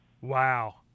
wow